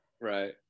right